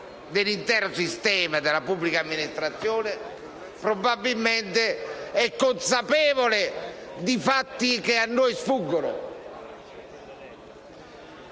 dell'intero sistema della pubblica amministrazione, probabilmente è consapevole di fatti che a noi sfuggono.